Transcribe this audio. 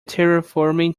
terraforming